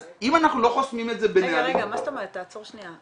אז אם אנחנו לא חוסמים את זה בנהלים --- תעצור שניה.